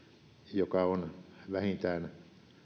joka on vähintään